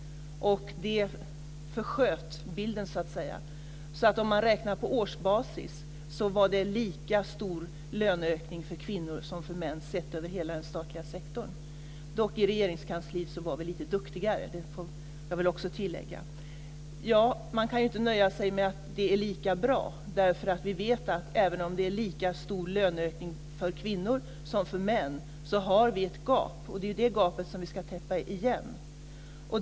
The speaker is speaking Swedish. Det försköt bilden. Om man räknar på årsbasis var det lika stor löneökning för kvinnor som för män sett över hela den statliga sektorn. Dock i Regeringskansliet var vi lite duktigare. Det vill jag också tillägga. Man kan inte nöja sig med att det är lika bra därför att vi vet att även om det är lika stor löneökning för kvinnor som för män har vi ett gap, och det gapet ska vi täppa igen.